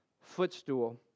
footstool